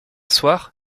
soir